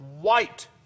white